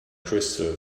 crystal